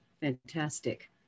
fantastic